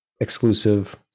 exclusive